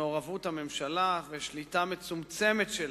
מעורבות הממשלה ושליטה מצומצמת שלה,